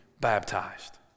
baptized